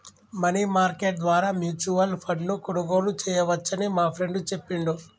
money market ద్వారా mutual ఫండ్ను కొనుగోలు చేయవచ్చని మా ఫ్రెండు చెప్పిండు